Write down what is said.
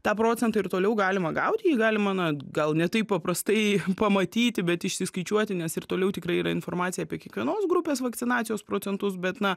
tą procentą ir toliau galima gauti jį galima na gal ne taip paprastai pamatyti bet išsiskaičiuoti nes ir toliau tikrai yra informacija apie kiekvienos grupės vakcinacijos procentus bet na